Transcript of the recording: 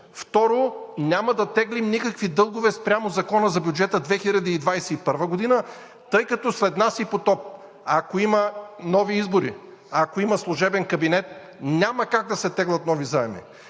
Второ, няма да теглим никакви дългове спрямо Закона за бюджета 2021 г., тъй като – след нас и потоп. А ако има нови избори, ако има служебен кабинет, няма как да се теглят нови заеми.